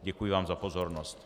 Děkuji vám za pozornost.